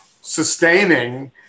sustaining